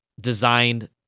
designed